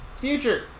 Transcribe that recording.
Future